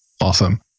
Awesome